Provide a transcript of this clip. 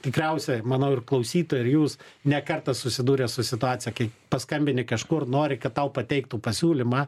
tikriausiai manau ir klausytojai ar jūs ne kartą susidūrė su situacija kai paskambini kažkur nori kad tau pateiktų pasiūlymą